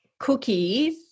Cookies